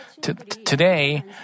Today